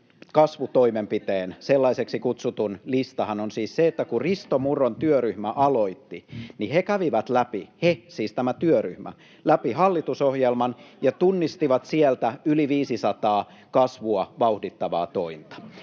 kasvutoimenpiteen, sellaiseksi kutsutun, listahan on siis se, että kun Risto Murron työryhmä aloitti, niin he kävivät läpi — he, siis tämä työryhmä — hallitusohjelman ja tunnistivat sieltä yli 500 kasvua vauhdittavaa tointa.